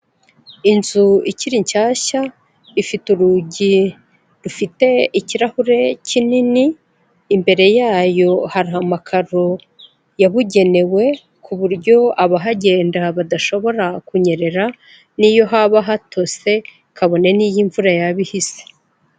Inzu ikiri nshyashya ifite urugi rufite ikirahure kinini imbere yayo hari amakaro yabugenewe ku buryo abahagenda badashobora kunyerera n'iyo haba hatose kabone n'iyo imvura yaba ihise.